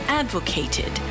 advocated